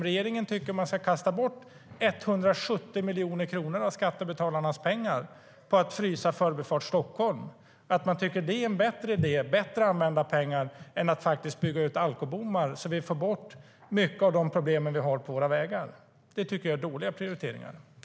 Regeringen tycker att man ska kasta bort 170 miljoner kronor av skattebetalarnas pengar på att frysa Förbifart Stockholm. Man tycker att det är en bättre idé, bättre användning av pengarna än att bygga ut alkobommar så att vi får bort mycket av de problem vi har på våra vägar. Det tycker jag är en dålig prioritering.